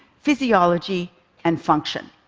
physiology and function.